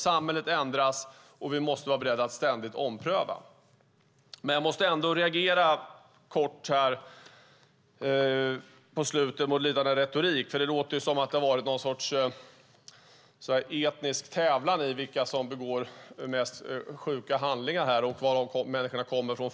Samhället ändras, och vi måste vara beredda att ständigt ompröva. Jag måste ändå reagera lite mot retoriken här. Det har låtit som om det har varit någon sorts etnisk tävlan i vilka som begår de mest sjuka handlingarna och vilka länder människorna kommer från.